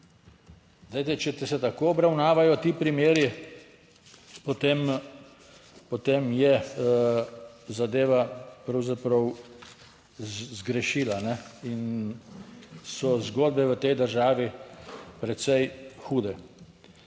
Glejte, če se tako obravnavajo ti primeri, potem je zadeva pravzaprav zgrešila in so zgodbe v tej državi precej hude.